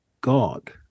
God